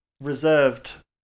reserved